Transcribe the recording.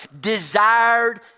desired